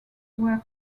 were